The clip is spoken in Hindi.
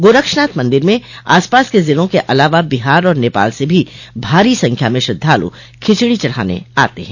गोरक्षनाथ मंदिर में आसपास के ज़िलों के अलावा बिहार और नेपाल से भी भारी संख्या में श्रद्धालु खिचड़ी चढ़ाने आते हैं